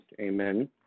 Amen